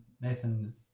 Nathan